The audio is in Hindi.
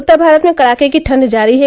उत्तर भारत में कड़ाके की ठंड जारी है